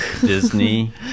Disney